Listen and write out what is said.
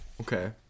Okay